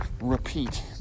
repeat